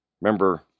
Remember